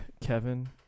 Kevin